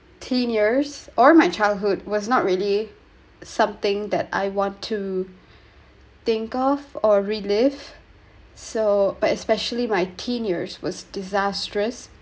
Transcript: teen years or my childhood was not really something that I want to think of or relieve so but especially my teen years was disastrous